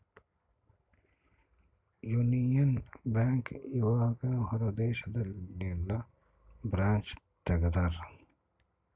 Union bank ಇವಗ ಹೊರ ದೇಶದಲ್ಲಿ ಯೆಲ್ಲ ಬ್ರಾಂಚ್ ತೆಗ್ದಾರ